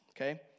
okay